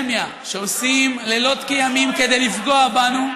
באקדמיה שעושים לילות כימים כדי לפגוע בנו,